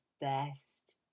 best